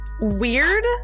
weird